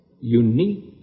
unique